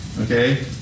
okay